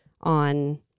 on